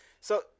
So-